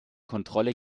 kontrolle